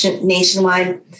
nationwide